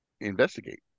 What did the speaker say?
investigate